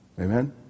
Amen